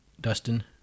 Dustin